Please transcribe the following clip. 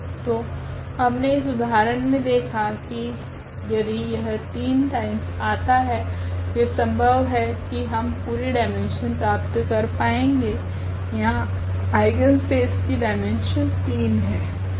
तो हमने इस उदाहरण मे देखा की यदि यह 3 टाइम्स आता है यह संभव है की हम पूरी डाईमेन्शन प्राप्त कर पाएगे यहाँ आइगनस्पेस की डाईमेन्शन 3 है